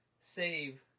save